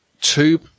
two